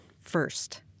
first